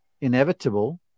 inevitable